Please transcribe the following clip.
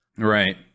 Right